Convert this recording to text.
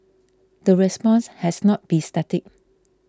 the response has not be static